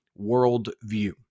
worldview